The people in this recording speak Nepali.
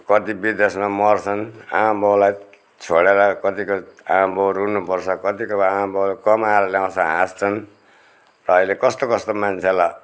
कति विदेशमा मर्छन् आमा बाउलाई छोडेर कत्तिको आमा बाउहरू रुनुपर्छ कतिको आमा बाउहरू कमाएर ल्याउँछ हाँस्छन् अहिले कस्तो कस्तो मान्छेहरूलाई